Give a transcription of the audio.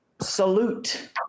salute